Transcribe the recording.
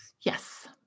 Yes